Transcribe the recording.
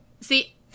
See